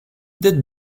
did